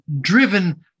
driven